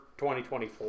2024